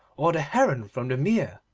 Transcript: or the heron from the mere.